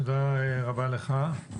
תודה רבה לך.